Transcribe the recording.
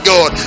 God